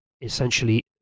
essentially